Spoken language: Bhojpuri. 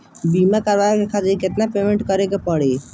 बीमा करावे खातिर केतना पेमेंट करे के पड़ी?